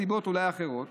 אולי מסיבות אחרות.